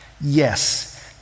yes